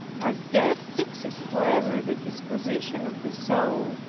as death fixes forever the disposition of the soul,